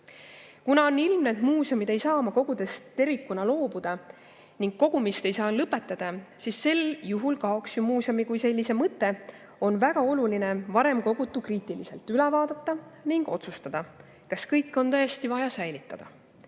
Kuna on ilmne, et muuseumid ei saa oma kogudest tervikuna loobuda ning kogumist ei saa lõpetada, sest sel juhul kaoks ju muuseumi kui sellise mõte, on väga oluline varem kogutu kriitiliselt üle vaadata ning otsustada, kas kõike on tõesti vaja säilitada.